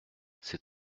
c’est